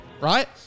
right